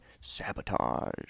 sabotage